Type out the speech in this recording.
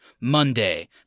Monday